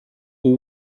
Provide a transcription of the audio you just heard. all